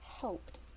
helped